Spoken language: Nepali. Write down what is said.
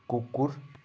कुकुर